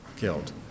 killed